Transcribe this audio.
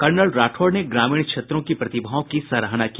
colonel Rathore ने ग्रामीण क्षेत्रों की प्रतिभाओं की सराहना की